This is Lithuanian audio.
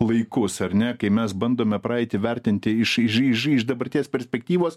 laikus ar ne kai mes bandome praeitį vertinti iš iš iš iš dabarties perspektyvos